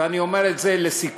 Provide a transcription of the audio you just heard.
ואני אומר את זה לסיכום,